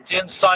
inside